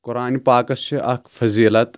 قۄرانہِ پاکَس چھِ اکھ فٔضیٖلت